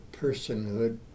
personhood